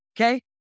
Okay